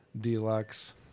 Deluxe